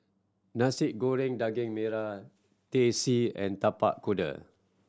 Nasi Goreng Daging Merah Teh C and Tapak Kuda